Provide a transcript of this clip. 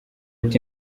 ati